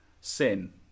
sin